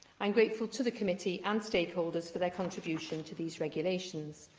i'm grateful to the committee and stakeholders for their contribution to these regulations.